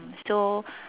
so